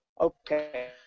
Okay